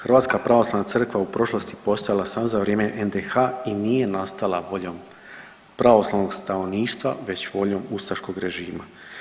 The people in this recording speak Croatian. Hrvatska pravoslavna crkva u prošlosti postojala samo za vrijeme NDH i nije nastala voljom pravoslavnog stanovništva već voljom ustaškog režima.